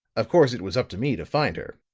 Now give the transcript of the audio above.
of course it was up to me to find her,